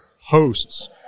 hosts